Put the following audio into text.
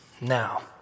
Now